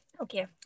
Okay